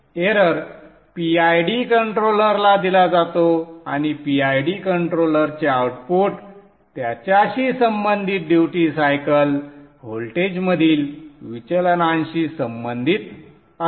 error PID कंट्रोलरला दिला जातो आणि PID कंट्रोलरचे आउटपुट त्याच्याशी संबंधित ड्यूटी सायकल व्होल्टेजमधील विचलनाशी संबंधित असते